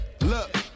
look